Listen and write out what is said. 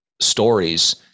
stories